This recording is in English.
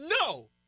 no